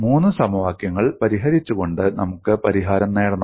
മൂന്ന് സമവാക്യങ്ങൾ പരിഹരിച്ചുകൊണ്ട് നമുക്ക് പരിഹാരം നേടണം